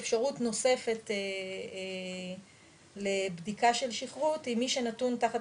אפשרות נוספת לבדיקה של שכרות היא מי שנתון תחת